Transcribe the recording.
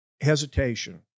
hesitation